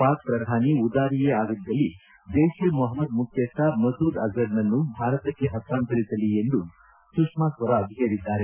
ಪಾಕ್ ಪ್ರಧಾನಿ ಉದಾರಿಯೇ ಆಗಿದ್ದಲ್ಲಿ ಜೈಷ್ ಎ ಮೊಹಮದ್ ಮುಖ್ಯಸ್ಥ ಮಸೂದ್ ಅಜ಼ರ್ ನನ್ನು ಭಾರತಕ್ಕೆ ಹಸ್ತಾಂತರಿಸಲಿ ಎಂದು ಸುಷ್ಮಾ ಸ್ವರಾಜ್ ಹೇಳಿದ್ದಾರೆ